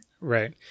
Right